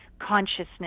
consciousness